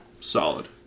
Solid